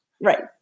Right